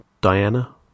Diana